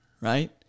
right